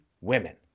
women